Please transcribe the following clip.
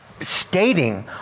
Stating